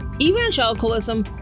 Evangelicalism